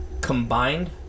combined